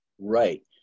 Right